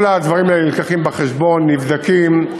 כל הדברים האלה מובאים בחשבון, נבדקים.